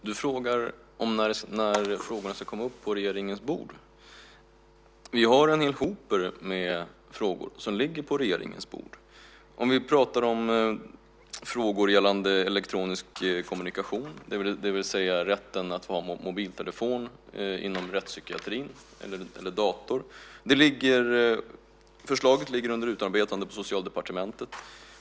Herr talman! Du frågar när frågorna ska komma upp på regeringens bord. Vi har en hel hoper med frågor som ligger på regeringens bord. Om vi pratar om frågor gällande elektronisk kommunikation, det vill säga rätten att ha mobiltelefon eller dator inom rättspsykiatrin, ligger förslaget under utarbetande på Socialdepartementet.